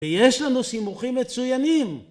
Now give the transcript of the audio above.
ויש לנו סימוכים מצוינים